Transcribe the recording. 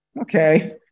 okay